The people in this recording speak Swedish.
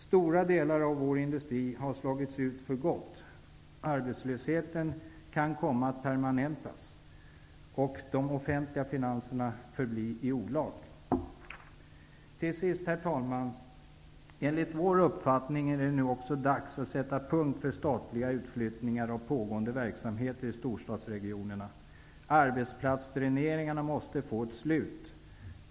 Stora delar av vår industri har slagits ut för gott, arbetslösheten kan komma att permanentas och de offentliga finanserna att förbli i olag. Till sist, herr talman, vill jag säga att det enligt vår uppfattning nu också är dags att sätta punkt för statliga utflyttningar av pågående verksamheter i storstadsregionerna. Arbetsplatsdräneringen måste få ett slut.